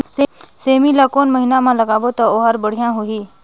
सेमी ला कोन महीना मा लगाबो ता ओहार बढ़िया होही?